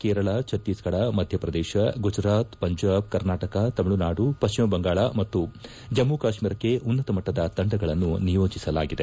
ಕೇರಳ ಛತ್ತೀಸ್ಫಡ ಮಧ್ಯಪ್ರದೇಶ ಗುಜರಾತ್ ಪಂಜಾಬ್ ಕರ್ನಾಟಕ ತಮಿಳುನಾಡು ಪಶ್ಚಿಮ ಬಂಗಾಳ ಮತ್ತು ಜಮ್ಮ ಕಾಶ್ಮೀರಕ್ಕೆ ಉನ್ನತ ಮಟ್ಟದ ತಂಡಗಳನ್ನು ನಿಯೋಜಿಸಲಾಗಿದೆ